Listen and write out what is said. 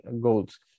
goals